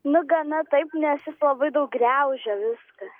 nu gana taip nes jis labai daug griaužia viską